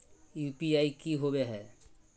UPI की होवे है?